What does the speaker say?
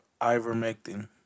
ivermectin